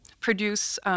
produce